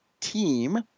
team